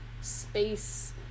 space